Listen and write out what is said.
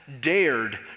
dared